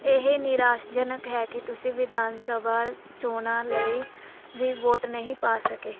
ਇਹ ਨਿਰਾਸ਼ਾਜਨਕ ਹੈ ਕਿ ਤੁਸੀਂ ਵਿਧਾਨ ਸਭਾ ਚੋਣਾਂ ਲਈ ਵੀ ਵੋਟ ਨਹੀਂ ਪਾ ਸਕੇ